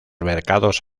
mercados